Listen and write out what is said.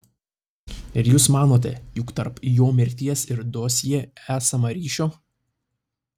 ir jūs manote jog tarp jo mirties ir dosjė esama ryšio